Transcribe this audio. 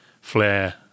flare